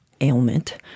ailment